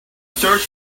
search